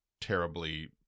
terribly